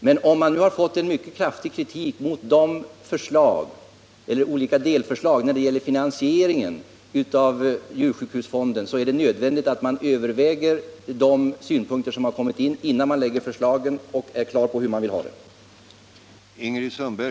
Men om det har riktats kraftig kritik mot de olika 25 delförslagen till finansiering av djursjukhusfonden så är det nödvändigt att överväga de synpunkter som anförts innan man lägger fram förslag och vet hur man vill ha det.